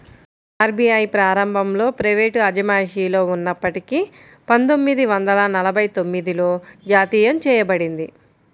RBI ప్రారంభంలో private అజమాయిషిలో ఉన్నప్పటికీ పందొమ్మిది వందల నలభై తొమ్మిదిలో జాతీయం చేయబడింది